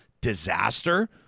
disaster